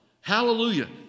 Hallelujah